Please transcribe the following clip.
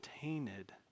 tainted